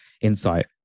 insight